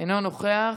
אינו נוכח.